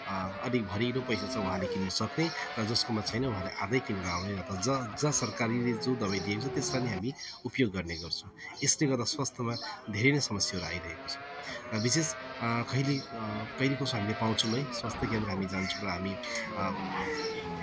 अलिक भरिलो पैसा छ उहाँले किन्नु सक्ने र जसकोमा छैन उहाँले आधा किनेर आउने अथवा ज ज सरकारीले जो दबाई दिएको छ त्यसलाई नै हामी उपयोग गर्ने गर्छौँ यसले गर्दा स्वास्थ्यमा धेरै नै समस्याहरू आइरहेको छ र विशेष खैली कहिले काहीँ हामीले पाउँछौँ है स्वास्थ्य केन्द्र हामी जान्छौँ र हामी